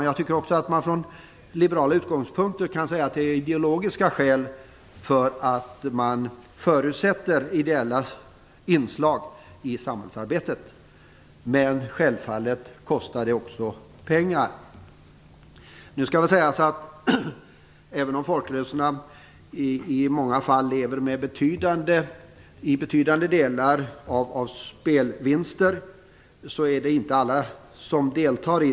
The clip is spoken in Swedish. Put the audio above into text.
Jag tycker att man från liberala utgångspunkter kan säga att det är ideologiska skäl för ideella inslag i samhällsarbetet. Självfallet kostar det också. Även om folkrörelserna i många fall i betydande delar lever av spelvinster är det inte alla som deltar.